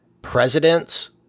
Presidents